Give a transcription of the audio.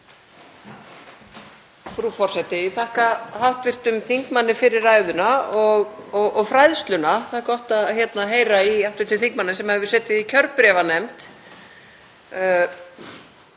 Frú forseti. Ég þakka hv. þingmanni fyrir ræðuna og fræðsluna. Það er gott að heyra í hv. þingmanni sem hefur setið í kjörbréfanefnd